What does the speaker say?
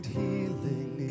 healing